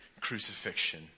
crucifixion